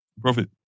Profit